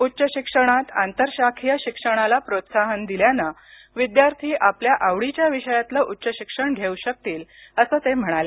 उच्चशिक्षणात आंतरशाखीय शिक्षणाला प्रोत्साहन दिल्यानं विद्यार्थी आपल्या आवडीच्या विषयातलं उच्चशिक्षण घेऊ शकतील असं ते म्हणाले